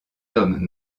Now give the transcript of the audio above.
homme